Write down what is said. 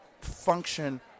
function